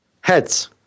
Heads